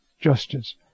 justice